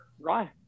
right